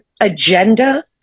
agenda